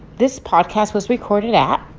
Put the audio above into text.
this podcast was recorded at.